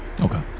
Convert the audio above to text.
Okay